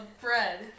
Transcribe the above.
bread